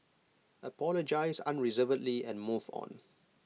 apologise unreservedly and move on